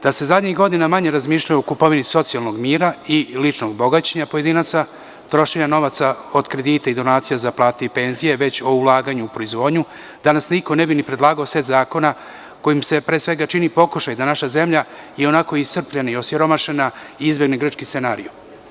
Da se zadnjih godina manje razmišljalo o kupovini socijalnog mira i ličnog bogaćenja pojedinaca, trošenja novaca od kredita i donacija za plate i penzije, već o ulaganju u proizvodnju, danas niko ne bi ni predlagao set zakona, kojim se pre svega čini pokušaj da naša zemlja i onako iscrpljena i osiromašena izmeni grčki scenarijo.